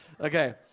Okay